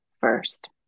first